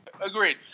Agreed